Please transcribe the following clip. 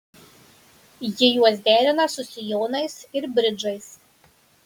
ji juos derina su sijonais ir bridžais